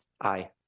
Aye